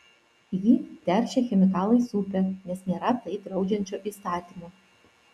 ji teršia chemikalais upę nes nėra tai draudžiančio įstatymo